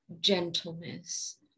gentleness